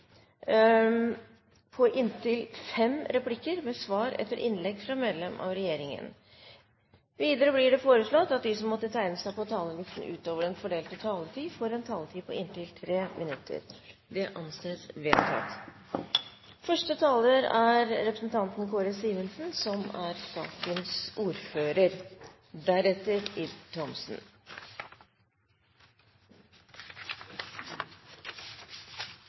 på inntil fem replikker med svar etter innlegg fra medlem av regjeringen innenfor den fordelte taletid. Videre blir det foreslått at de som måtte tegne seg på talerlisten utover den fordelte taletid, får en taletid på inntil 3 minutter. – Det anses vedtatt. Det er